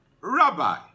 Rabbi